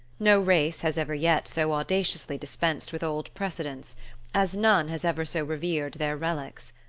no race has ever yet so audaciously dispensed with old precedents as none has ever so revered their relics.